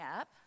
up